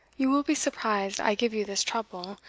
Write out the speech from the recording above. you will be surprised i give you this trouble,